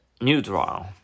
neutral